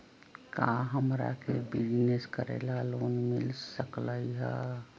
का हमरा के बिजनेस करेला लोन मिल सकलई ह?